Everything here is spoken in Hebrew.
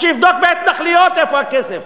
אז שיבדוק בהתנחלויות איפה הכסף.